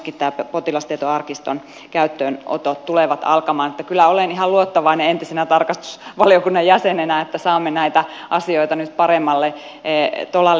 myöskin potilastietoarkiston käyttöönotot tulevat alkamaan joten kyllä olen ihan luottavainen entisenä tarkastusvaliokunnan jäsenenä että saamme näitä asioita nyt paremmalle tolalle